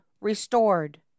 restored